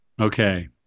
okay